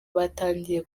batangiye